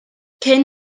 cyn